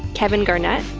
kevin garnett,